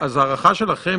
הסברה